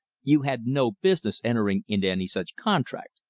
you had no business entering into any such contract.